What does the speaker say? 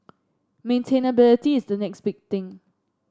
maintainability is the next big thing